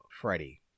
Freddie